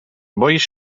boisz